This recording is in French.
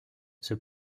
the